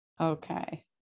okay